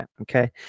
Okay